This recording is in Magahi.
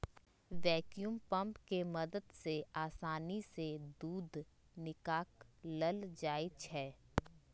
वैक्यूम पंप के मदद से आसानी से दूध निकाकलल जाइ छै